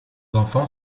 enfant